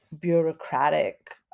bureaucratic